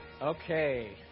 Okay